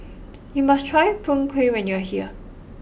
you must try Png Kueh when you are here